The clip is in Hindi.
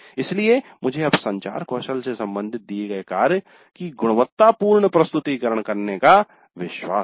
इसलिए मुझे अब संचार कौशल से संबंधित दिए गए कार्य की गुणवत्तापूर्ण प्रस्तुतिकरण करने का विश्वास है